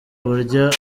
uburyo